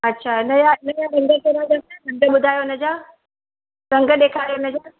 अछा हिनजा रंग घणा अथसि रंग ॿुधायो हिनजा रंग ॾेखारियो हिनजा